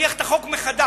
תניח את החוק מחדש.